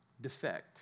defect